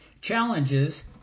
Challenges